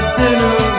dinner